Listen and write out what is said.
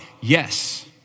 Yes